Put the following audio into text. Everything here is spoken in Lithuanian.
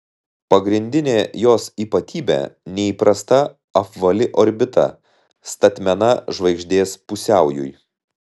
pagrindinė jos ypatybė neįprasta apvali orbita statmena žvaigždės pusiaujui